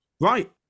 right